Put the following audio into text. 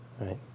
right